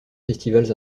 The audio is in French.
festivals